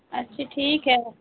اچھے ٹھیک ہے